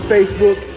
Facebook